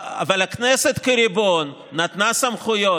אבל הכנסת כריבון נתנה סמכויות,